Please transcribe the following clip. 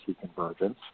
convergence